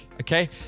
okay